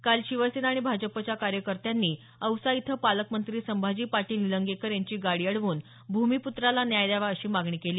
काल शिवसेना आणि भाजपच्या कार्यकर्त्यांनी काल औसा इथं पालकमंत्री संभाजी पाटील निलंगेकर यांची गाडी अडवून भूमिप्त्राला न्याय द्यावा अशी मागणी केली